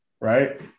right